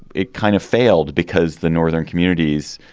it kind of failed because the northern communities,